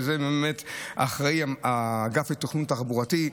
שעל זה אחראי האגף לתכנון תחבורתי.